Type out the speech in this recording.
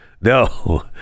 No